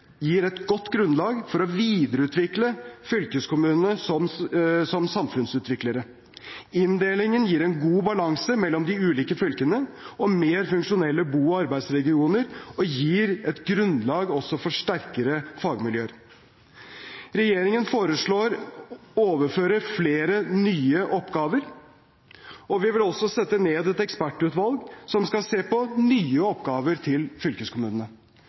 gir et godt grunnlag for å videreutvikle fylkeskommunene som samfunnsutviklere. Inndelingen gir en god balanse mellom de ulike fylkene, mer funksjonelle bo- og arbeidsregioner og også et grunnlag for sterkere fagmiljøer. Regjeringen foreslår å overføre flere nye oppgaver, og vi vil også sette ned et ekspertutvalg som skal se på nye oppgaver til fylkeskommunene.